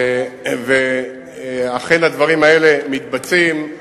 ואכן, הדברים האלה מתבצעים.